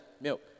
milk